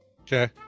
Okay